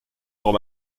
gros